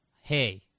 hey